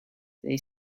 they